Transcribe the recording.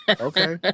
Okay